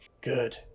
Good